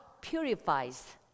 purifies